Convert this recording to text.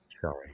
Sorry